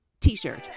T-shirt